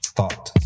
Thought